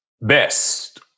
Best